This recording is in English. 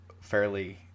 fairly